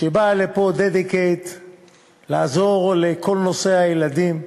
שבאה לפה dedicated לעזור לכל נושא הילדים?